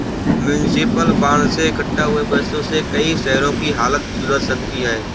municipal bond से इक्कठा हुए पैसों से कई शहरों की हालत सुधर सकती है